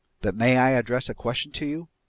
but may i address a question to you?